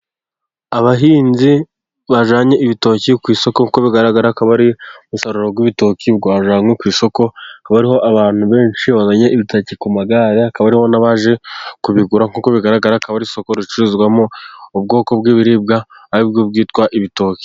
Abahinzi bajyanye ibitoki ku isoko, nkuko bigaragara akaba ari umusaruro w'ibitoki wajyanywe ku isoko, hakaba hariho abantu benshi bazanye ibitoki ku magare, hakaba hariho n'abaje kubigura ,nkuko bigaragara akaba ari isoko ricururizwamo ubwoko bw'ibiribwa, ari bwo bwitwa ibitoki.